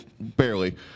Barely